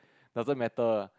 doesn't matter